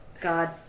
God